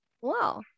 Wow